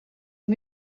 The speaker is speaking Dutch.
nog